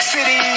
City